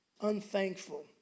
Unthankful